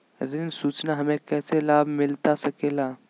ऋण सूचना हमें कैसे लाभ मिलता सके ला?